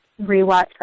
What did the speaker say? rewatch